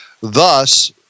Thus